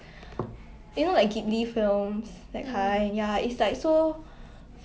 like spirited away that kind ah